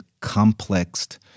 complexed